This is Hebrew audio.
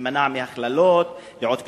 להימנע מהכללות, דעות קדומות,